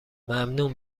ممنون